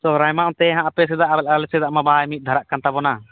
ᱥᱚᱦᱚᱨᱟᱭ ᱢᱟ ᱚᱱᱛᱮᱦᱟᱜ ᱟᱯᱮᱥᱮᱫ ᱟᱨ ᱟᱞᱮᱥᱮᱫᱟᱜ ᱢᱟ ᱵᱟᱭ ᱢᱤᱫ ᱫᱷᱟᱨᱟᱜᱠᱟᱱ ᱛᱟᱵᱚᱱᱟ